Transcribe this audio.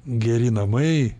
geri namai